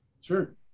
Sure